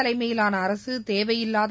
தலைமையிலான அரசு தேவையில்லாத